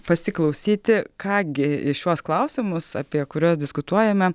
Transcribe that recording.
pasiklausyti ką gi į šiuos klausimus apie kuriuos diskutuojame